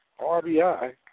RBI